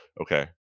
Okay